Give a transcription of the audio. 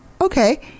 okay